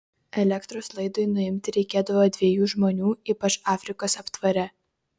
elektros laidui nuimti reikėdavo dviejų žmonių ypač afrikos aptvare